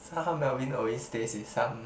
somehow Melvin always stays with some